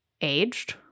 aged